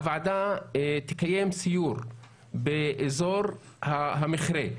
הוועדה תקיים סיור באזור המכרה,